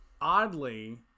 oddly